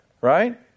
Right